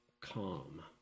calm